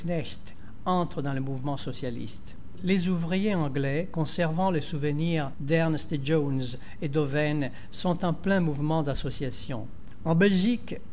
entre dans le mouvement socialiste les ouvriers anglais conservant le souvenir d'ernest jones et d'oven sont en plein mouvement d'association en belgique